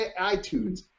iTunes